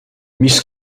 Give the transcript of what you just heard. mis